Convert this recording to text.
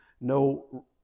no